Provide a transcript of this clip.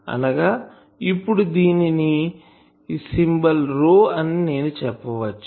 అనగా ఇప్పుడు దీనిని సింబల్ ρ అని నేను చెప్పవచ్చు